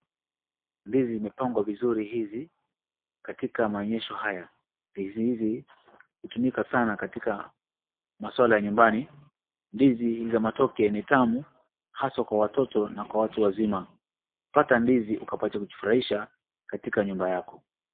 Ndizi zimepangwa vizuri hizi katika maonyesho haya. Ndizi hizi hutumika sana katika maswala ya nyumbani, ndizi za matoke ni tamu hasa kwa watoto na kwa watu wazima. Pata ndizi upate kujifurahisha katika nyumba yako.